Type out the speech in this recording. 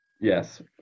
Yes